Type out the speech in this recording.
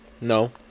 No